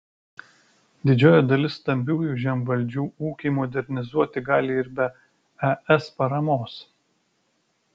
didžioji dalis stambiųjų žemvaldžių ūkį modernizuoti gali ir be es paramos